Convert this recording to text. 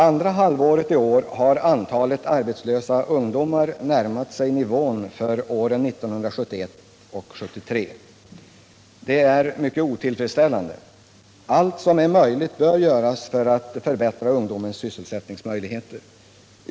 Andra halvåret i år har antalet arbetslösa ungdomar närmat sig nivån för åren 1971 och 1973. Det är mycket otillfredsställande. Allt som är möjligt att göra bör göras för att förbättra ungdomens sysselsättningsmöjligheter.